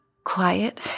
Quiet